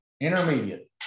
Intermediate